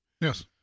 Yes